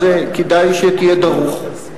אז כדאי שתהיה דרוך.